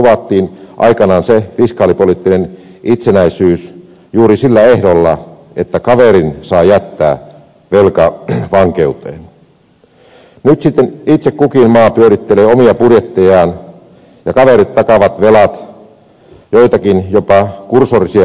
kun poliittisesti luvattiin aikanaan fiskaalipoliittinen itsenäisyys juuri sillä ehdolla että kaverin saa jättää velkavankeuteen nyt sitten itse kukin maa pyörittelee omia budjettejaan ja kaverit takaavat velat joitakin jopa kursorisia muutoksia vastaan